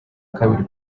kabiri